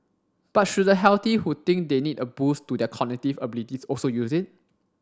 but should the healthy who think they need a boost to their cognitive abilities also use it